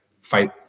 fight